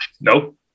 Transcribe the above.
no